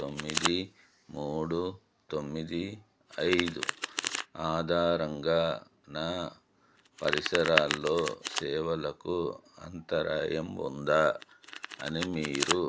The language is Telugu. తొమ్మిది మూడు తొమ్మిది ఐదు ఆధారంగా నా పరిసరాలలో సేవలకు అంతరాయం ఉందా అని మీరు